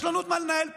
יש לנו עוד מה לנהל פה.